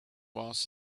was